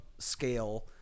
Scale